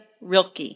Rilke